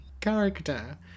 character